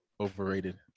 Overrated